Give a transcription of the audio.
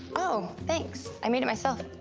oh. thanks. i made it myself.